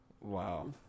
Wow